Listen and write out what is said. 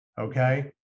okay